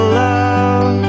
love